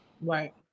Right